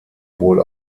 wohl